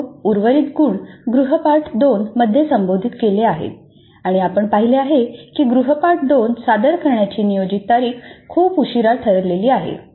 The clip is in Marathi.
परंतु उर्वरित गुण गृहपाठ 2 मध्ये संबोधित केले आहेत आणि आपण पाहिले आहे की गृहपाठ 2 सादर करण्याची नियोजित तारीख खूप उशीर ठरलेली आहे